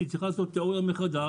היא צריכה לעשות תיאוריה מחדש,